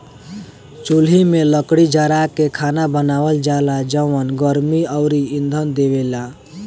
चुल्हि में लकड़ी जारा के खाना बनावल जाला जवन गर्मी अउरी इंधन देवेला